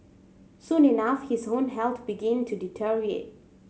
soon enough his own health began to deteriorate